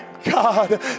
God